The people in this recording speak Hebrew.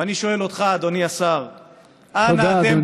ואני שואל אותך, אדוני השר, תודה, אדוני.